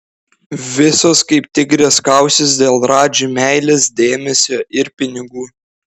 visos kaip tigrės kausis dėl radži meilės dėmesio ir pinigų